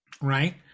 right